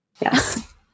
Yes